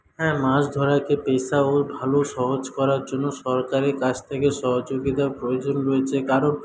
হ্যাঁ মাছ ধরাকে পেশা ও ভালো সহজ করার জন্য সরকারের কাছ থেকে সহযোগিতার প্রয়োজন রয়েছে কারণ